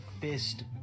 fist